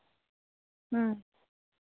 ᱦᱮᱸ